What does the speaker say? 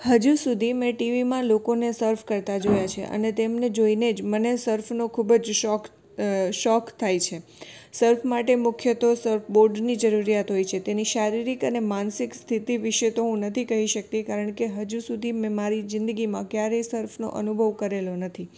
હજુ સુધી મેં ટી વીમાં લોકોને સર્ફ કરતા જોયા છે અને તેમને જોઇને જ મને સર્ફનો ખૂબ જ શોખ અ શોખ થાય છે સર્ફ માટે મુખ્ય તો સર્ફ બોર્ડની જરૂરિયાત હોય છે તેની શારીરિક અને માનસિક સ્થિતિ વિશે તો હું નથી કહી શકતી કારણ કે હજુ સુધી મેં મારી જિંદગીમાં ક્યારેય સર્ફનો અનુભવ કરેલો નથી